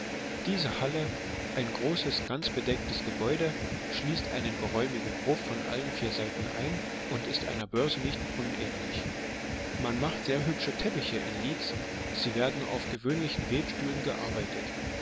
diese halle ein großes ganz bedecktes gebäude schließt einen geräumigen hof von allen vier seiten ein und ist einer börse nicht unähnlich man macht sehr hübsche teppiche in leeds sie werden auf gewöhnlichen webstühlen gearbeitet